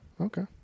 okay